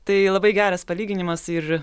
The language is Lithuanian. tai labai geras palyginimas ir